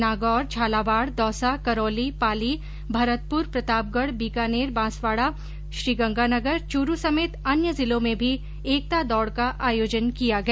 नागौर झालावाड दौसा करौली पाली भरतपुर प्रतापगढ बीकानेर बांसवाडा और श्रीगंगानगर चूरू समेत अन्य जिलों में भी एकता दौड का आयोजन किया गया